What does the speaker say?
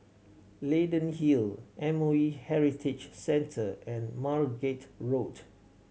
Leyden Hill M O E Heritage Centre and Margate Road